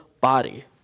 body